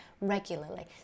regularly